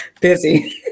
Busy